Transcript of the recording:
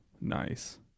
Nice